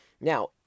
Now